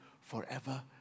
forever